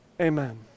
Amen